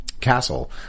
Castle